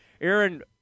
Aaron